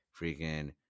freaking